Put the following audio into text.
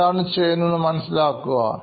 എന്താണ് ചെയ്യുന്നത് എന്ന് മനസ്സിലാക്കുക